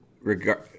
regard